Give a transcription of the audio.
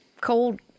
cold